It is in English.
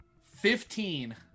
Fifteen